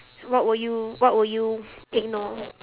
what will you what will you ignore